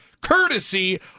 courtesy